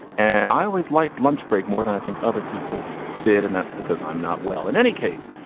and i always liked lunchbreak more than i think other people did. and that's because i'm not well, in any case,